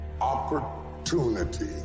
opportunity